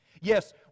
Yes